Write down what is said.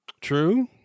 True